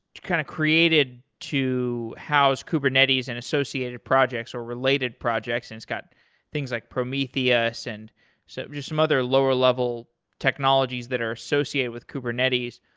kind of created to how kubernetes and associated projects or related projects, and it's got things like prometheus. and so just other lower level technologies that are associated with kubernetes.